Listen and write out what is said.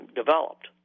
developed